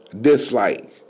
dislike